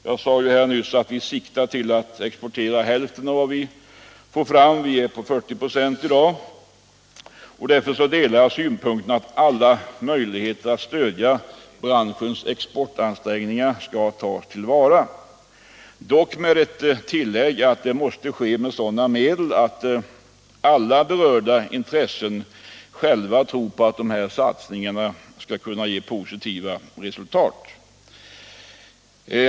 Jag sade nyss att vi siktar till att exportera hälften av de produkter vi får fram och att vi nått upp till 40 96 i dag. Därför instämmer jag helt i att alla möjligheter att stödja branschens exportansträngningar bör tas till vara, dock med tillägget att det måste ske med sådana medel att alla berörda intressen själva tror på att dessa satsningar skall ge positiva resultat.